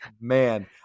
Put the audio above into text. man